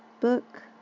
book